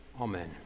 Amen